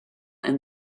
and